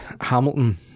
Hamilton